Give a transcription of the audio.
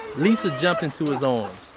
lisa jumped into his arms.